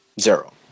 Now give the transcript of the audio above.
Zero